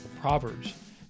proverbs